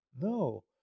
No